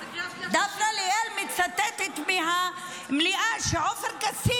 וזה הולך ומתחדד עוד